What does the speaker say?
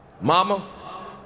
Mama